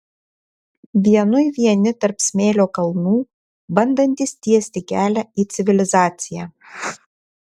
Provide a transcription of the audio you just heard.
vienui vieni tarp smėlio kalnų bandantys tiesti kelią į civilizaciją